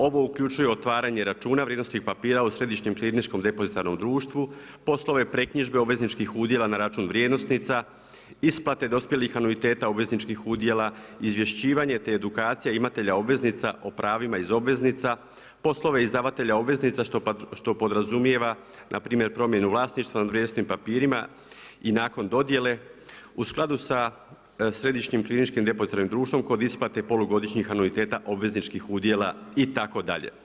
Ovo uključuje otvaranje računa vrijednosnih papira u Središnjem klirinško depozitarnom društvu, poslove … obvezničkih udjela na račun vrijednosnica, isplate dospjelih anuiteta obvezničkih udjel, izvješćivanja, te edukacija imatelja obveznica, o pravima iz obveznica, poslove izdavatelja obveznica, što podrazumijeva, npr. promjenu vlasništva nad vrijednosnim papirima i nakon dodjele, u skladu sa Središnjim klirinško depozitarnim društvom kod isplate polugodišnjih anuiteta obvezničkih udjela itd.